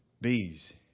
Bees